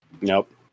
Nope